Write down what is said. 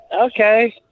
Okay